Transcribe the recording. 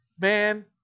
man